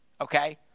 okay